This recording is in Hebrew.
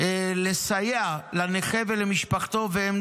לסייע לנכה ולמשפחתו, והן